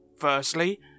Firstly